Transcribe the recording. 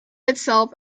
itself